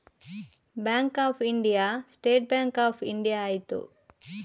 bank of India state bank of India ಆಯಿತು